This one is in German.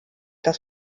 das